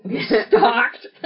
stalked